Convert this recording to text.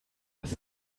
das